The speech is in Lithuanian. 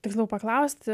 tiksliau paklausti